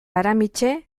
aramitse